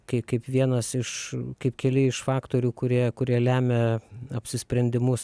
kai kaip vienas iš kaip keli iš faktorių kurie kurie lemia apsisprendimus